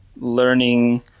learning